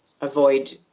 avoid